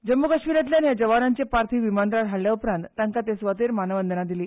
जम्मू काश्मीरातल्यान ह्या जवानाचे पार्थिव विमानतळार हाडल्या उपरांत तांका ते सुवातेर मानवंदना दिली